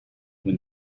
when